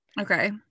Okay